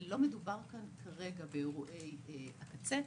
לא מדובר כאן כרגע באירועי הקצה,